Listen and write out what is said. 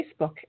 Facebook